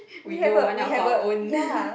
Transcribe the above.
we know one of our own